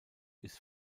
ist